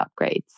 upgrades